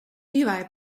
levy